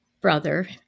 brother